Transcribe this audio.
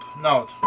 note